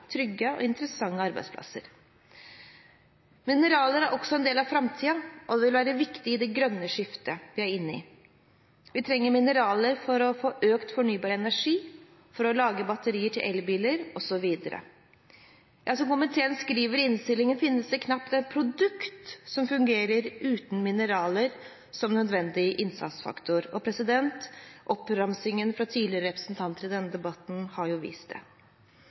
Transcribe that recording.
trygge og interessante arbeidsplasser. Mineraler er også en del av framtiden og vil være viktig i det grønne skiftet vi er inne i. Vi trenger mineraler for å få økt fornybar energi, for å lage batterier til elbiler osv. Som komiteen skriver i innstillingen, finnes det knapt et produkt som fungerer uten mineraler som nødvendig innsatsfaktor. Oppramsingen fra representanter tidligere i debatten har jo vist